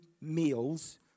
meals